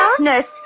Nurse